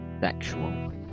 Sexual